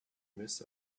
miss